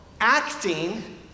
acting